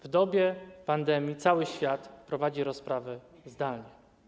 W dobie pandemii cały świat prowadzi rozprawy zdalnie.